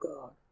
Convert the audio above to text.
God